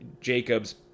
Jacobs